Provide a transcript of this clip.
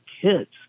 kids